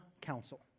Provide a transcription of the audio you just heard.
Council